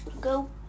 go